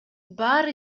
баары